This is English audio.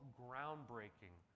groundbreaking